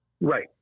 Right